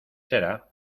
será